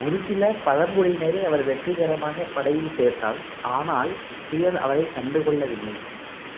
ஒரு சில பழங்குடியினரை அவர் வெற்றிகரமாக படையில் சேர்த்தார் ஆனால் பிறர் அவரை கண்டுக்கொள்ளவில்லை